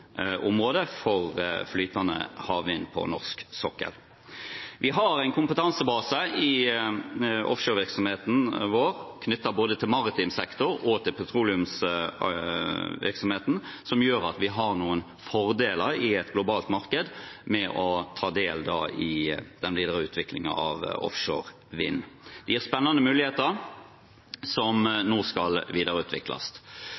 på norsk sokkel for flytende havvind. Vi har en kompetansebase i offshorevirksomheten vår knyttet til både maritim sektor og petroleumsvirksomheten, som gjør at vi i et globalt marked har noen fordeler med å ta del i den videre utviklingen av offshore vind. Det gir spennende muligheter, som